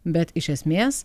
bet iš esmės